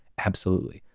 absolutely!